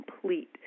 complete